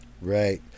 Right